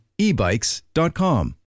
ebikes.com